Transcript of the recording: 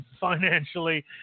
financially